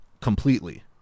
completely